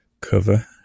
cover